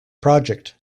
project